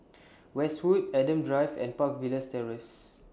Westwood Adam Drive and Park Villas Terrace